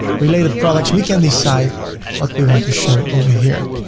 related products we can decide what we want to show over here.